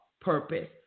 purpose